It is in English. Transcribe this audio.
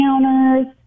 counters